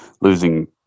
losing